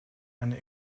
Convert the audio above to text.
eine